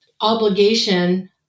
obligation